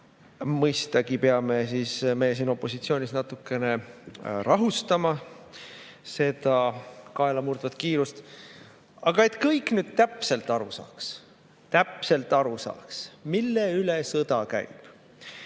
Mõistagi peame me siin opositsioonis natukene rahustama seda kaelamurdvat kiirust. Aga et kõik nüüd täpselt aru saaks – täpselt aru saaks –, mille pärast sõda käib,